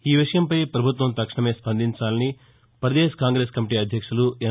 ఈ విషయంపై వభుత్వం తక్షణమే న్పందించాలని పదేశ్ కాంగ్రెస్ కమిటీ అధ్యక్షులు ఎన్